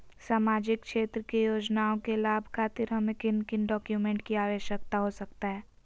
सामाजिक क्षेत्र की योजनाओं के लाभ खातिर हमें किन किन डॉक्यूमेंट की आवश्यकता हो सकता है?